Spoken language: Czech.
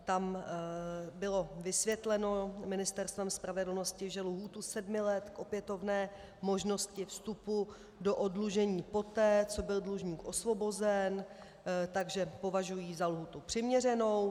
Tam bylo vysvětleno Ministerstvem spravedlnosti, že lhůtu sedmi let k opětovné možnosti vstupu do oddlužení poté, co byl dlužník osvobozen, považují za lhůtu přiměřenou.